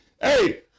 Hey